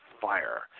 fire